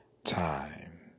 Time